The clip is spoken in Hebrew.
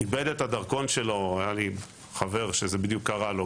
איבד את הדרכון שלו היה לי חבר שזה בדיוק קרה לו,